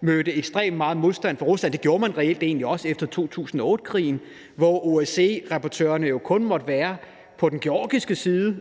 mødte ekstremt meget modstand fra Ruslands side; det gjorde man reelt egentlig også efter 2008-krigen, hvor OSCE-rapportørerne kun måtte være på den georgiske side